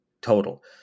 total